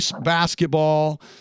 basketball